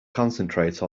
concentrate